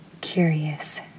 Curious